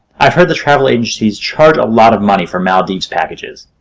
i've heard that travel agencies charge a lot of money for maldives packages.